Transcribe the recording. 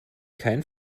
kein